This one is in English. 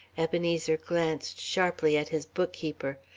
ebenezer glanced sharply at his bookkeeper.